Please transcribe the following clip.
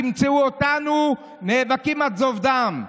תמצאו אותנו נאבקים עד זוב דם.